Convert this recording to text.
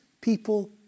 people